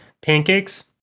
Pancakes